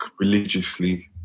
religiously